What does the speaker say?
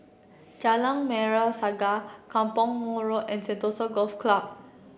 Jalan Merah Saga Kampong Mator Road and Sentosa Golf Club